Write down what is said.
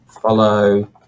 follow